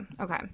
Okay